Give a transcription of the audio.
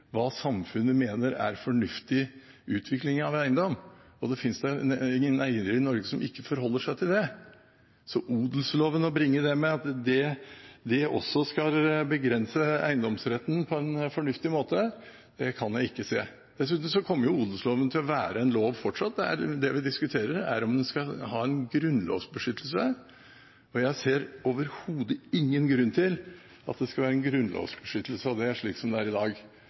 hva samfunnet mener er fornuftig utvikling av eiendom – og det finnes ingen eiere i Norge som ikke forholder seg til dette. Så det å bringe fram at odelsloven også skal begrense eiendomsretten på en fornuftig måte, kan jeg ikke se. Dessuten kommer jo odelsloven til å være en lov fortsatt. Det vi diskuterer, er om den skal ha en grunnlovsbeskyttelse, og jeg ser overhodet ingen grunn til at det skal være en grunnlovsbeskyttelse av den, slik som det er i dag.